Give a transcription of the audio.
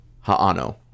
ha'ano